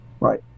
Right